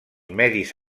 medis